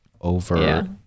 over